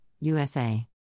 USA